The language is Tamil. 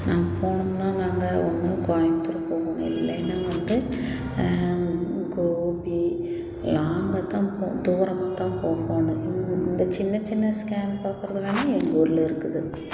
நாங்கள் போகணும்னால் நாங்கள் ஒன்று கோயம்புத்தூர் போகணும் இல்லைன்னா வந்து கோபி லாங்காக தான் போ தூரமாக தான் போகணும் இந்த சின்ன சின்ன ஸ்கேன் பார்க்குறது வேணா எங்க ள்ஊர்ல இருக்குது